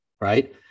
right